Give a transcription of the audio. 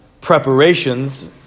preparations